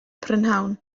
prynhawn